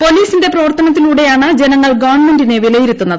പോലീസിന്റെ പ്രവർത്തനത്തിലൂടെയാണ് ജനങ്ങൾ ഗവൺമെന്റിനെ വിലയിരുത്തുന്നത്